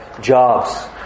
jobs